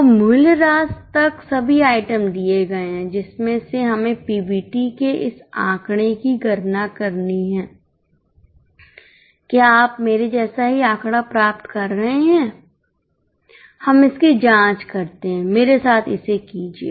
तो मूल्य ह्रास तक सभी आइटम दिए गए हैं जिसमें से हमें पीबीटी के इस आंकड़े की गणना करनी है क्या आप मेरे जैसा ही आंकड़ा प्राप्त कर रहे हैं हम इसकी जाँच करते हैं मेरे साथ इसे कीजिए